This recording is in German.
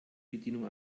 bedienung